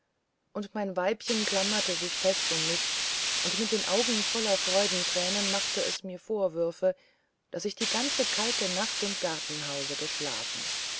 und mein weibchen klammerte sich fest um mich und mit den augen voller freudentränen machte es mir doch vorwürfe daß ich die ganze kalte nacht im gartenhause geschlafen